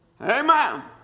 Amen